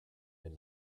been